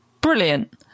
Brilliant